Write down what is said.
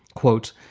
quote,